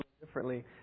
differently